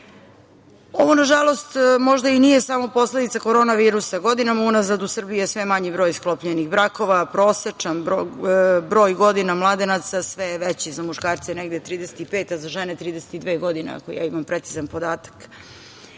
da. Ovo, nažalost, možda i nije samo posledica korona virusa. Godinama unazad u Srbiji je sve manji broj sklopljenih brakova. Prosečan broj godina mladenaca sve je veći. Za muškarce je negde 35, a za žene 32 godine, ako ja imam precizan podatak. Osim